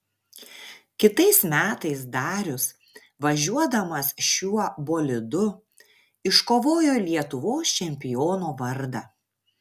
kitais metais darius važiuodamas šiuo bolidu iškovojo lietuvos čempiono vardą